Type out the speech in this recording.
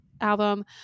album